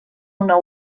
una